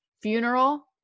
funeral